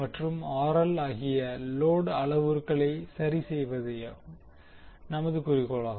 மற்றும் ஆகிய லோடு அளவுருக்களை சரிசெய்வதே நமது குறிக்கோளாகும்